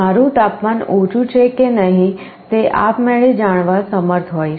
મારું તાપમાન ઓછું છે કે નહીં તે આપમેળે જાણવા સમર્થ હોઈશ